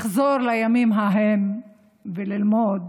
לחזור לימים ההם וללמוד